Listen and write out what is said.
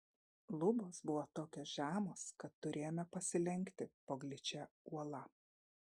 lubos buvo tokios žemos kad turėjome pasilenkti po gličia uola